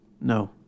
No